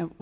and